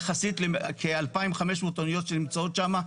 יחסית ל-2,500 אוניות שנמצאות שמה,